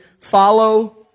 Follow